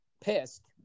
pissed